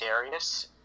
Darius